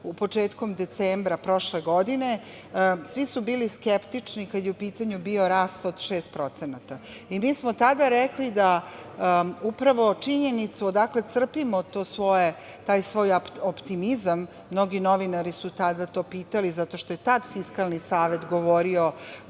početkom decembra prošle godine, svi su bili skeptični kada je u pitanju bio rast od 6%. Mi smo tada rekli da upravo činjenicu odakle crpimo taj svoj optimizam, mnogi novinari su tada to pitali zato što je tada Fiskalni savet govorio